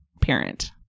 parent